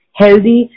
healthy